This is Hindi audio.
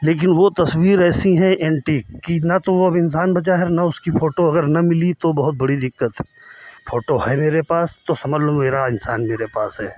लेकिन वो तस्वीर ऐसी हैं एंटीक कि ना तो अब इंसान बचा है और ना उसकी फ़ोटो अगर ना मिली तो बहुत बड़ी दिक्कत फ़ोटो है मेरे पास तो समझ लो मेरा इंसान मेरे पास है